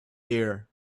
air